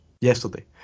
yesterday